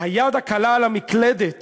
היד הקלה על המקלדת